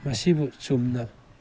ꯃꯁꯤꯕꯨ ꯆꯨꯝꯅ